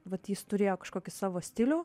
vat jis turėjo kažkokį savo stilių